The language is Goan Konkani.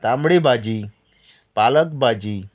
तांबडी भाजी पालक भाजी